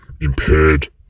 impaired